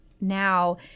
now